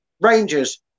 Rangers